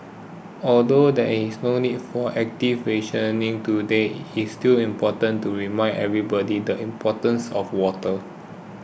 although there is no need for active rationing today it is still important to remind everybody the importance of water